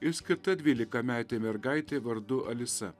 ir skirta dvylikametei mergaitei vardu alisa